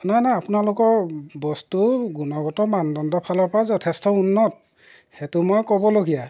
নাই নাই আপোনালোকৰ বস্তুৰ গুণগত মানদণ্ডৰ ফালৰপৰা যথেষ্ট উন্নত সেইটো মই ক'বলগীয়া